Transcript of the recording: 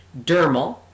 dermal